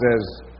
says